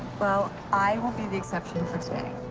well, i will be the exception for today.